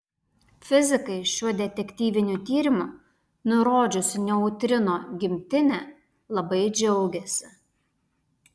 fizikai šiuo detektyviniu tyrimu nurodžiusiu neutrino gimtinę labai džiaugiasi